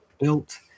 built